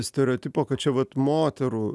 stereotipo kad čia vat moterų